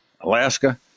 alaska